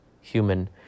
human